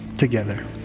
together